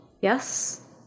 Yes